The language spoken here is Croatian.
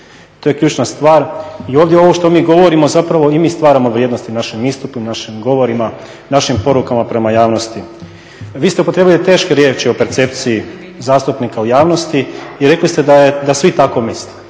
to je ključna stvar. I ovdje ovo što mi govorimo zapravo i mi stvaramo vrijednosti našim istupima, našim govorima, našim porukama prema javnosti. Vi ste upotrijebili teške riječi o percepciji zastupnika u javnosti i rekli ste da svi tako misle.